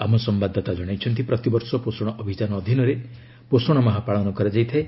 ଆମ ସମ୍ଭାଦଦାତା କ୍ଷଣାଇଛନ୍ତି ପ୍ରତିବର୍ଷ ପୋଷଣ ଅଭିଯାନ ଅଧୀନରେ ପୋଷଣ ମାହ ପାଳନ କରାଯାଇଥାଏ